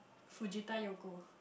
Fujita Yoko